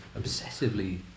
Obsessively